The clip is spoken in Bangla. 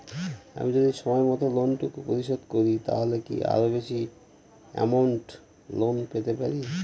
আমি যদি সময় মত লোন টুকু পরিশোধ করি তাহলে কি আরো বেশি আমৌন্ট লোন পেতে পাড়ি?